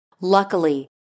Luckily